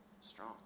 strong